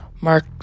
Mark